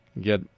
get